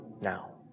now